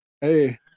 Hey